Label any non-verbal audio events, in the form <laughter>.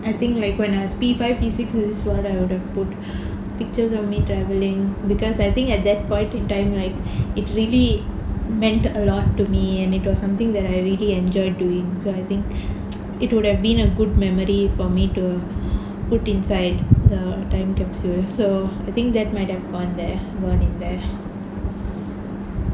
I think like when I was P five P six years this what I would have put pictures of me travelling because I think at that point in time like it really meant a lot to me and it was something that I really enjoy doing so I think <noise> it would have been a good memory for me to put inside the time capsule so I think that might have gone there were in there